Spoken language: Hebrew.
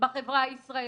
בחברה הישראלית,